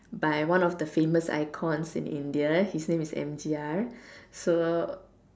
by one of the famous icons in India his name is M_G_R so